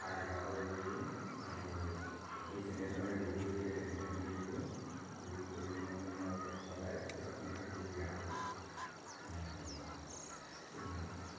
সাৰ জাৱৰ দিওঁ আৰু দি যেনেধৰণে ৰুবলৈ দিয়ে তেনেধৰণেই ৰোওঁ ৰুই কৰি মানে মই সদায় যত্নৰে কৰি ৰাখোঁ ইমানেই আৰু